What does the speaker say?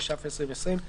התש"ף 2020,